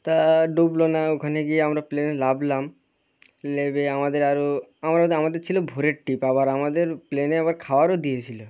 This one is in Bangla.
তা ডুবলো না ওখানে গিয়ে আমরা প্লেনে নামলাম নেমে আমাদের আরও আমরা হয় আমাদের ছিলো ভোরের ট্রিপ আবার আমাদের প্লেনে আবার খাবারও দিয়েছিলো